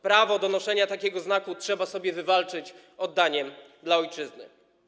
Prawo do noszenia takiego znaku trzeba sobie wywalczyć oddaniem dla ojczyzny.